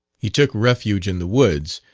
he took refuge in the woods,